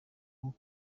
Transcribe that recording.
bwo